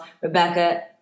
Rebecca